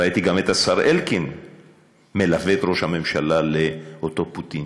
ראיתי גם את השר אלקין מלווה את ראש הממשלה לאותו פוטין,